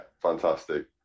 fantastic